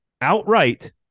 outright